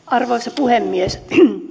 arvoisa puhemies